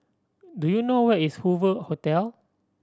do you know where is Hoover Hotel